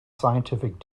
scientific